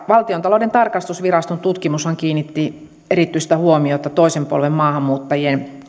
valtiontalouden tarkastusviraston tutkimushan kiinnitti erityistä huomiota toisen polven maahanmuuttajien